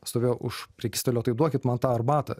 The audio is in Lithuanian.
stovėjo už prekystalio tai duokit man tą arbatą